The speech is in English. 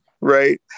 Right